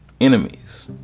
enemies